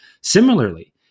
Similarly